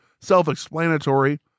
self-explanatory